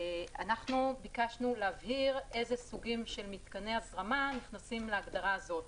אנחנו ביקשנו להבהיר איזה סוגים של מתקני הזרמה נכנסים להגדרה הזאת